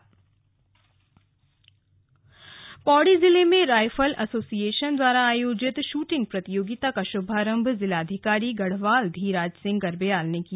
shooting प्रतियोगिता पौडी जिले में राइफल एसोसिएशन द्वारा आयोजित शूटिंग प्रतियोगिता का शुभारंभ जिलाधिकारी गढ़वाल धीराज सिंह गर्ब्याल ने किया